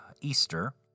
Easter